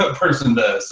but person does.